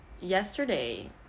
yesterday